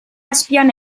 azpian